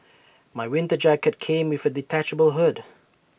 my winter jacket came with A detachable hood